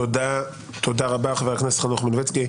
תודה רבה חבר הכנסת מלביצקי.